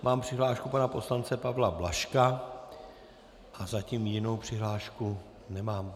Mám přihlášku pana poslance Pavla Blažka a zatím jinou přihlášku nemám.